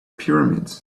pyramids